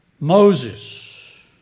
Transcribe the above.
Moses